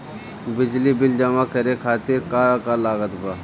बिजली बिल जमा करे खातिर का का लागत बा?